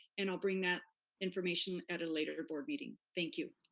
and i'll bring that information at a later board meeting, thank you.